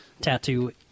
tattoo